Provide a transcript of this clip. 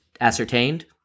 ascertained